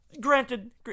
Granted